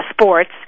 sports